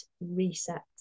reset